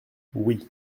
oui